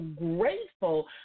grateful